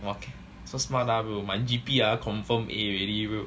!wah! okay so smart lah bro my G_P ah confirm A already eh bro